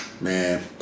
Man